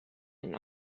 and